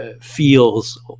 feels